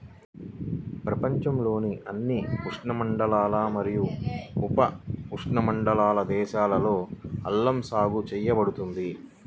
ప్రపంచంలోని అన్ని ఉష్ణమండల మరియు ఉపఉష్ణమండల దేశాలలో అల్లం సాగు చేయబడుతుంది